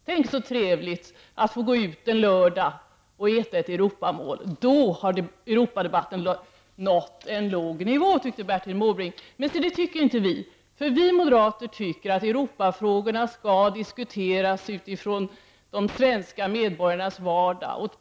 Tänk så trevligt att få gå ut en lördag och äta ett Europamål. Då har Europadebatten nått en låg nivå, tyckte Bertil Måbrink. Men det tycker inte vi. Vi moderater tycker att Europafrågorna skall diskuteras utifrån de svenska medborgarnas vardag.